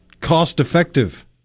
cost-effective